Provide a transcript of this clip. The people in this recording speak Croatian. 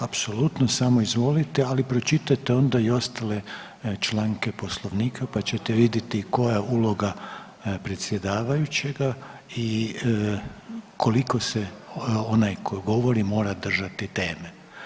Apsolutno, samo izvolite, ali pročitajte onda i ostale članke Poslovnika, pa ćete vidjeti koja uloga predsjedavajućega i koliko se onaj koji govori mora držati teme.